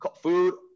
food